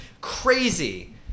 crazy